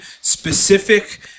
specific